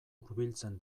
hurbiltzen